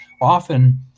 Often